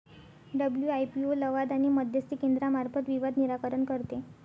WIPO लवाद आणि मध्यस्थी केंद्रामार्फत विवाद निराकरण करते